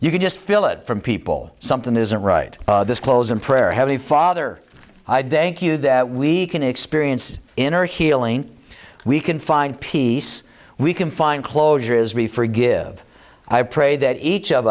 you can just feel it from people something isn't right this close in prayer have a father i danc you that we can experience inner healing we can find peace we can find closure is be forgive i pray that each of